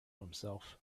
himself